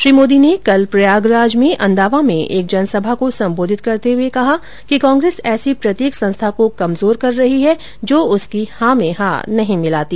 श्री मोदी ने कल प्रयागराज में अंदावा में एक जनसभा को संबोधित करते हुए कहा कि कांग्रेस ऐसी प्रत्येक संस्था को कमजोर कर रही है जो उसकी हां में हां नहीं मिलाती